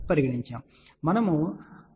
పరిగణించాము